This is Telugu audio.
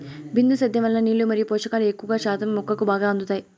బిందు సేద్యం వలన నీళ్ళు మరియు పోషకాలు ఎక్కువ శాతం మొక్కకు బాగా అందుతాయి